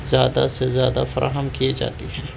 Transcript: زیادہ سے زیادہ فراہم کی جاتی ہیں